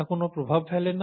তা কোনো প্রভাব ফেলে না